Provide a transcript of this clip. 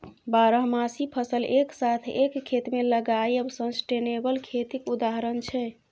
बारहमासी फसल एक साथ एक खेत मे लगाएब सस्टेनेबल खेतीक उदाहरण छै